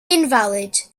invalid